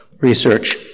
Research